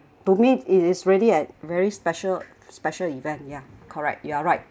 to me it is really a very special special event ya correct you're right